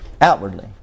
outwardly